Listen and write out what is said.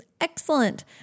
excellent